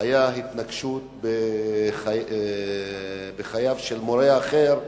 היתה התנקשות בחייו של מורה אחר מסח'נין,